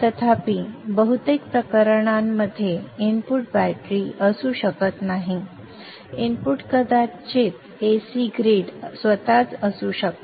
तथापि बहुतेक प्रकरणांमध्ये इनपुट बॅटरी असू शकत नाही इनपुट कदाचित AC ग्रिड स्वतःच असू शकते